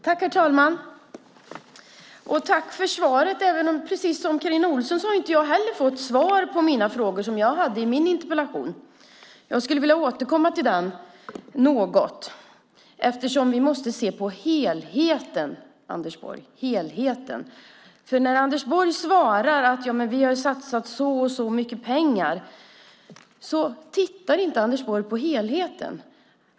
Herr talman! Jag tackar för svaret. Liksom Carina Ohlsson har inte heller jag fått svar på frågorna i min interpellation. Jag skulle vilja återkomma något till den eftersom vi måste se på helheten, Anders Borg. När Anders Borg svarar att man har satsat så och så mycket pengar tittar han inte på helheten.